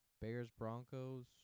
Bears-Broncos